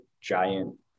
giant